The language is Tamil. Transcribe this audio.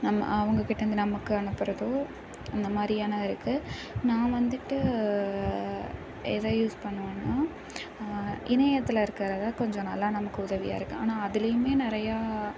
நம்ம அவுங்கக்கிட்ட இருந்து நமக்கு அனுப்புறதோ அந்தமாதிரியான இருக்குது நான் வந்துட்டு எதை யூஸ் பண்ணுவேன்னா இணையத்தில் இருக்கிறத கொஞ்சம் நல்லா நமக்கு உதவியாக இருக்கும் ஆனால் அதுலேயுமே நிறையா